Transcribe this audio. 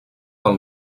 del